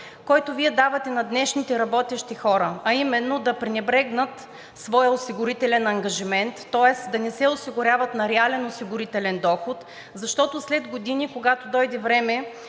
който Вие давате на днешните работещи хора, а именно да пренебрегнат своя осигурителен ангажимент, тоест да не се осигуряват на реален осигурителен доход, защото след години, когато дойде време